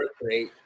great